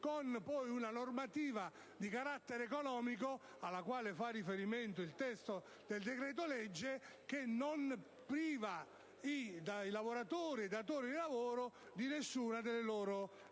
una regolamentazione di carattere economico, alla quale fa riferimento il testo del decreto-legge, che non priva i lavoratori e i datori di lavoro di nessuna delle loro